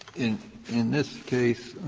in in this case,